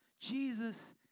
Jesus